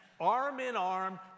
arm-in-arm